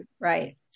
right